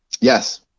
Yes